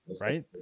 Right